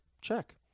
Check